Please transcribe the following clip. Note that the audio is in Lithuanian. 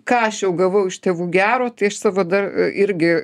ką aš jau gavau iš tėvų gero tai aš savo dar irgi